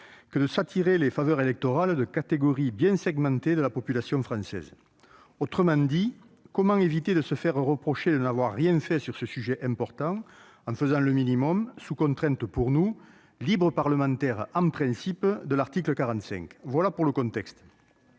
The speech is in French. que de s'attirer les faveurs électorales de catégories bien segmentées de la population française. Autrement dit, comment éviter de se faire reprocher de n'avoir rien fait sur ce sujet important, en faisant le minimum, sous contrainte pour nous, libres parlementaires en principe, de l'article 45 ? Voilà pour le contexte.